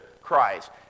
Christ